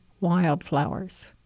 wildflowers